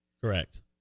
Correct